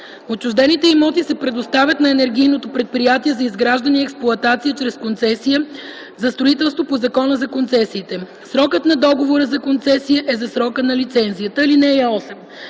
Отчуждените имоти се предоставят на енергийното предприятие за изграждане и експлоатация чрез концесия за строителство по Закона за концесиите. Срокът на договора за концесия е за срока на лицензията. (8)